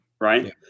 right